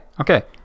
Okay